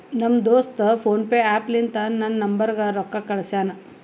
ನಮ್ ದೋಸ್ತ PhonePe app ಲಿಂತಾ ನನ್ ನಂಬರ್ಗ ರೊಕ್ಕಾ ಕಳ್ಸ್ಯಾನ್